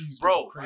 bro